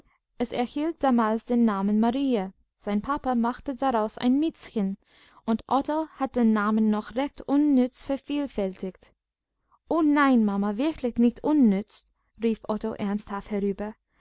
es erhielt damals den namen marie sein papa machte daraus ein miezchen und otto hat den namen noch recht unnütz vervielfältigt o nein mama wirklich nicht unnütz rief otto ernsthaft herüber